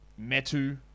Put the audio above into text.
Metu